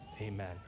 amen